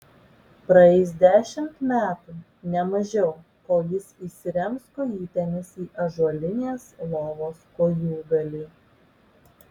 praeis dešimt metų ne mažiau kol jis įsirems kojytėmis į ąžuolinės lovos kojūgalį